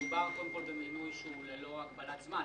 מדובר קודם כול במינוי שהוא ללא הגבלת זמן,